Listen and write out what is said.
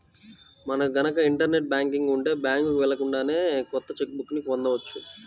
మనకు గనక internet banking ఉంటే బ్యాంకుకి వెళ్ళకుండానే కొత్త చెక్ బుక్ ని పొందవచ్చు